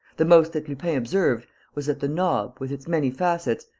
the most that lupin observed was that the knob, with its many facets,